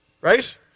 right